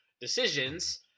decisions